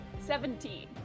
Seventeen